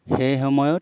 সেই সময়ত